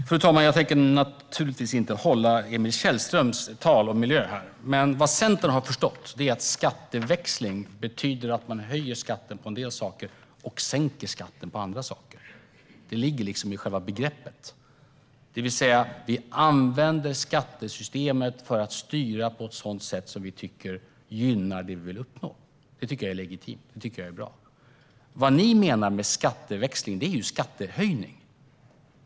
Fru talman! Jag tänker naturligtvis inte hålla Emil Källströms tal om miljö här, men vad Centerpartiet har förstått är att skatteväxling betyder att man höjer skatten på en del saker och sänker skatten på andra saker. Det ligger liksom i själva begreppet. Det vill säga att vi använder skattesystemet för att styra på ett sådant sätt som vi tycker gynnar det vi vill uppnå. Det tycker jag är legitimt och bra. Vad ni menar med skatteväxling är ju skattehöjning.